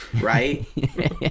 right